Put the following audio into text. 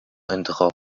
انتخاب